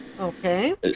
Okay